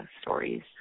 stories